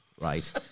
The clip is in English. right